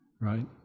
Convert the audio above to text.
right